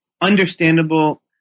understandable